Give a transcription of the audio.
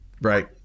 right